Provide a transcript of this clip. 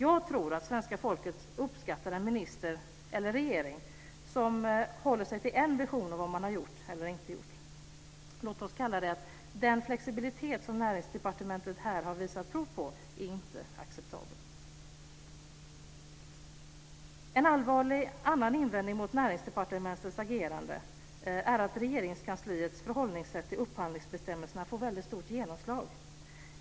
Jag tror att svenska folket uppskattar en minister eller regering som håller sig till en version av vad man har gjort eller inte gjort. Låt oss kalla det så att den flexibilitet som Näringsdepartementet här har visat prov på inte är acceptabel. En annan allvarlig invändning mot Näringsdepartementets agerande är att Regeringskansliets förhållningssätt till upphandlingsbestämmelserna får väldigt stort genomslag.